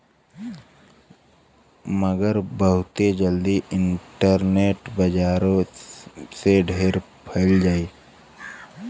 मगर बहुते जल्दी इन्टरनेट बजारो से ढेर फैल जाई